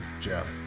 Jeff